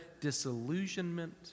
disillusionment